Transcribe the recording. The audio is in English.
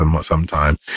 sometime